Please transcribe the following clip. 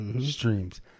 streams